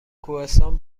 کوهستان